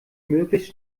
möglichst